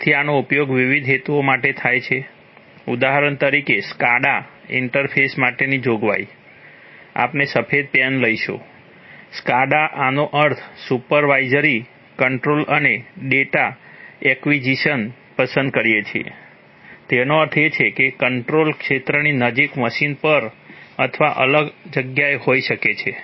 તેથી આનો ઉપયોગ વિવિધ હેતુઓ માટે થાય છે ઉદાહરણ તરીકે SCADA ઈન્ટરફેસ માટેની જોગવાઈ આપણે સફેદ પેન લઈશું SCADA આનો અર્થ "સુપરવાઇઝરી કંટ્રોલ અને ડેટા એક્વિઝિશન" પસંદ કરીએ છીએ તેનો અર્થ એ છે કે કંટ્રોલર ક્ષેત્રની નજીક મશીન પર અથવા અલગ જગ્યાએ હોઈ શકે છે